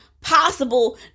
possible